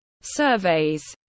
Surveys